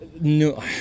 no